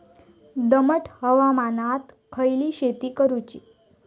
दमट हवामानात खयली शेती करूची?